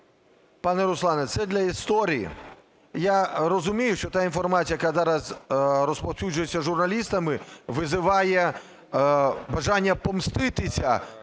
Пане Руслане, це для історії. Я розумію, що та інформація, яка зараз розповсюджується журналістами, визиває бажання мститися